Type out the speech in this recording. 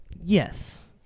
Yes